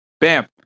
Bam